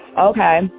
Okay